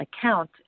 account